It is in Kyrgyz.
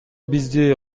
бизди